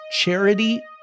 charity